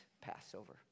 Passover